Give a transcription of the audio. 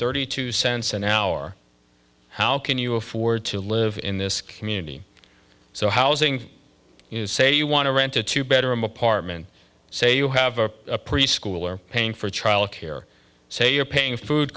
thirty two cents an hour how can you afford to live in this community so housing is say you want to rent a two bedroom apartment say you have a preschooler paying for childcare so you're paying fo